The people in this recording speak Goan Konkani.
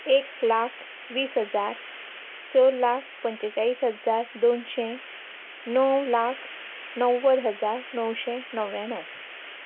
एक लाख वीस हजार स लाख पंचेचाळीस हजार दोनशे णव लाख णव्वद हजार णवशे णव्याण्णव